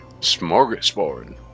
Smorgasbord